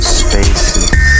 spaces